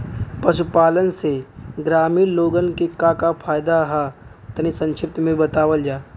पशुपालन से ग्रामीण लोगन के का का फायदा ह तनि संक्षिप्त में बतावल जा?